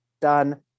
done